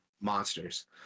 monsters